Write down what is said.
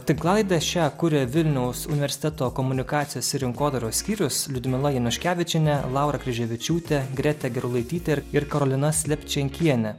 tinklalaidę šią kuria vilniaus universiteto komunikacijos rinkodaros skyrius liudmila januškevičienė laura kryževičiūtė gretė gerulaitytė ir karolina slepčenkienė